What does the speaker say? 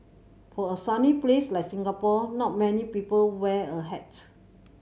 for a sunny place like Singapore not many people wear a hat